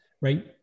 right